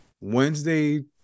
Wednesday